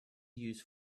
use